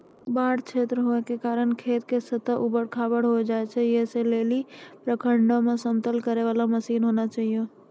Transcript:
बाढ़ क्षेत्र होय के कारण खेत के सतह ऊबड़ खाबड़ होय जाए छैय, ऐ लेली प्रखंडों मे समतल करे वाला मसीन होना चाहिए?